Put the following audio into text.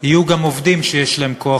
יהיו גם עובדים שיש להם כוח.